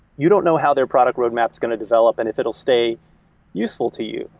you don't know how their product roadmap is going to develop and if it will stay useful to you,